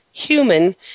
human